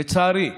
לצערי,